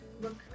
look